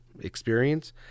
experience